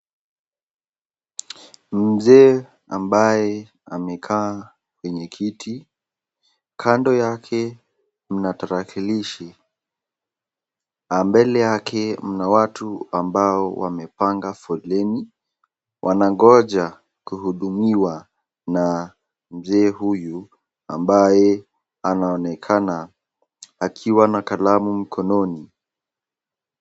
Mzee ambaye amekaa kwenye kiti kando yake kuna tarakilishi , mbele yake mna watu ambao wamepanga foleni wanangoja kuhudumiwa na mzee huyu ambaye anaonekana akiwa na kalamu mkononi.